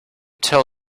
tell